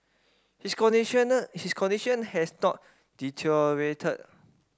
his his condition has not deteriorated